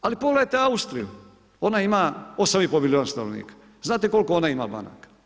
Ali pogledajte Austriju, ona ima 8,5 milijuna stanovnika, znate koliko ona ima banaka?